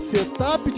Setup